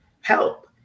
help